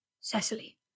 Cecily